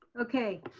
okay.